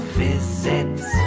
visits